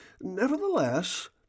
Nevertheless